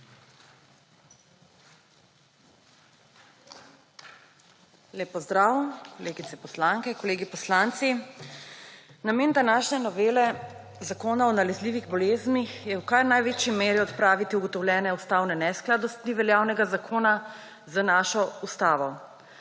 Lep pozdrav kolegice poslanke, kolegi poslanci! Namen današnje novele Zakona o nalezljivih boleznih je v kar največji meri odpraviti ugotovljene ustavne neskladnosti veljavnega zakona z našo ustavo.